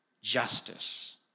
justice